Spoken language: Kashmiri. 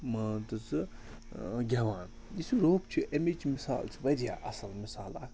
مان تہٕ ژٕ گٮ۪وان یُس یہِ روٚپھ چھِ اَمِچ مِثال چھِ واریاہ اَصٕل مِثال اَکھ